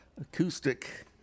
acoustic